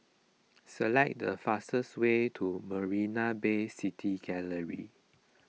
select the fastest way to Marina Bay City Gallery